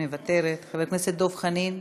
מוותרת, חבר הכנסת דב חנין,